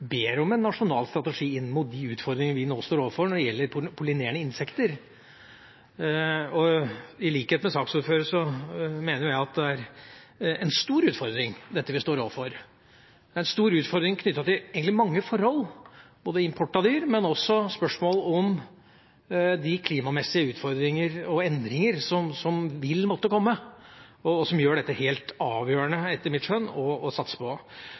ber om en nasjonal strategi inn mot de utfordringene vi nå står overfor når det gjelder pollinerende insekter. I likhet med saksordføreren mener jeg det er en stor utfordring vi står overfor, en stor utfordring knyttet til mange forhold, både til import av dyr, men også til spørsmål om klimamessige utfordringer og endringer som vil måtte komme og som gjør at dette, etter mitt skjønn, er helt avgjørende å satse på.